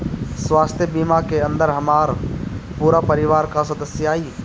स्वास्थ्य बीमा के अंदर हमार पूरा परिवार का सदस्य आई?